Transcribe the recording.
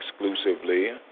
exclusively